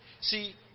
See